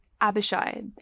Abishai